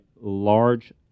large